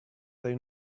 they